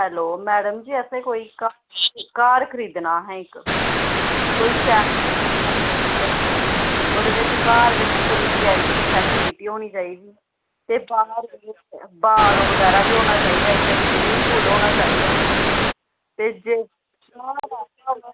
hello madam जी असें घर खरीदना हा इक्क कोई शैल जेहा होऐ मतलब की ओह्दे घर बिच पूरी वीआईपी फैस्लिटी होनी चाहिदी ते बार होना चाहिदा इक्क स्विमिंग पूल होना चाहिदा ते जेह्दे च आं जी